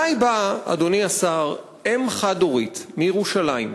אלי באה, אדוני השר, אם חד-הורית מירושלים,